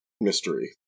Mystery